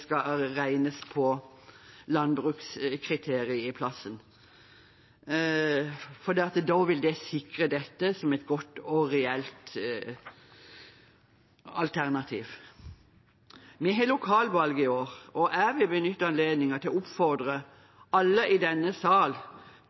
skal utregnes etter landbrukskriterium i stedet. Det vil sikre dette som et godt og reelt alternativ. Vi har lokalvalg i år, og jeg vil benytte anledningen til å oppfordre alle i denne sal